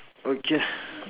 okay lah